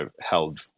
held